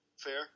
fair